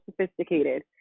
sophisticated